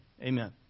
Amen